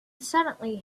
suddenly